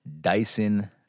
Dyson